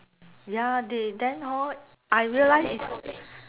ya they then hor I realise it's